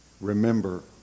remember